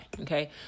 Okay